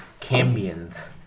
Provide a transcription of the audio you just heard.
Cambians